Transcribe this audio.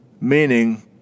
meaning